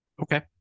Okay